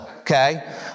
okay